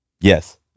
Yes